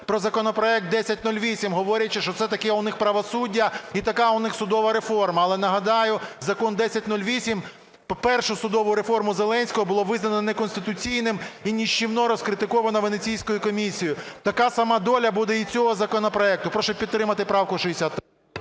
про законопроект 1008, говорячи, що це таке у них правосуддя і така у них судова реформа. Але, нагадаю, Закон 1008, першу судову реформу Зеленського, було визнано неконституційним і нищівно розкритиковано Венеційською комісією. Така сама доля буде і цього законопроекту. Прошу підтримати правку 63.